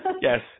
Yes